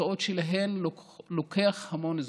התוצאות שלהן לוקחות המון זמן,